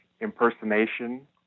impersonation